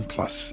Plus